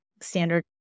standard